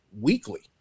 weekly